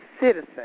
citizen